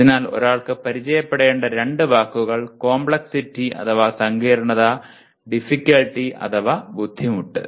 അതിനാൽ ഒരാൾക്ക് പരിചയപ്പെടേണ്ട രണ്ട് വാക്കുകൾ കോംപ്ലക്സിറ്റി അഥവാ സങ്കീർണ്ണത ടിഫിക്കൽറ്റി അഥവാ ബുദ്ധിമുട്ട്